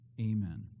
amen